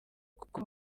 kuko